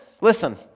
Listen